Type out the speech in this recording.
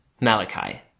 Malachi